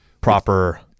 proper